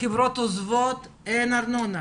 חברות עוזבות ואין ארנונה.